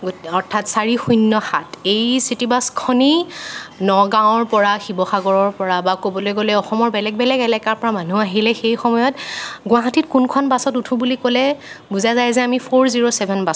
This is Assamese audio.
অৰ্থাৎ চাৰি শূন্য সাত এই চিটিবাছখনেই নগাঁৱৰ পৰা শিৱসাগৰৰ পৰা বা ক'বলৈ গলে অসমৰ বেলেগ বেলেগ এলেকাৰ পৰা মানুহ আহিলে সেই সময়ত গুৱাহাটীত কোনখন বাছত উঠো বুলি ক'লে বুজা যায় যে আমি ফ'ৰ জিৰ' ছেভেন বাছত উঠিম